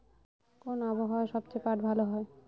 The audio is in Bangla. কোন আবহাওয়ায় সবচেয়ে পাট চাষ ভালো হয়?